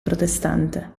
protestante